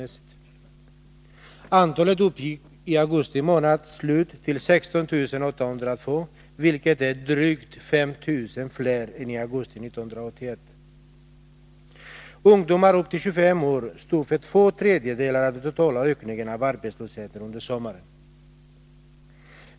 Antalet arbetslösa uppgick vid augusti månads slut till 16 802, drygt 5 000 fler än i augusti 1981. Ungdomar upp till 25 år står för två tredjedelar av den totala ökningen av arbetslösheten under sommaren.